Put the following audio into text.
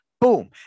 Boom